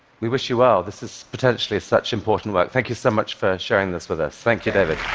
we wish you well. this is potentially such important work. thank you so much for sharing this with us. thank you, david.